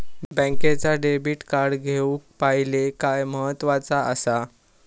बँकेचा debit card घेउक पाहिले काय महत्वाचा असा?